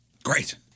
Great